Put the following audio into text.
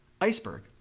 iceberg